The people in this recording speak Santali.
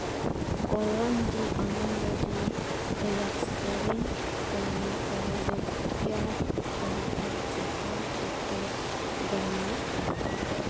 ᱠᱚᱞᱞᱟᱱᱡᱤ ᱟᱱᱚᱱᱫᱚ ᱡᱤ ᱨᱮᱭᱟᱜ ᱥᱮᱨᱮᱧ ᱠᱟᱢᱮ ᱚᱣᱟᱫᱮ ᱯᱮᱭᱟᱨ ᱚᱣᱟᱯᱷᱟ ᱪᱮᱛᱟᱱ ᱪᱤᱛᱟᱹᱨ ᱵᱮᱱᱟᱣ ᱞᱮᱱᱟ